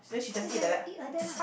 then just eat like that lah